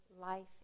life